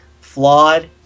flawed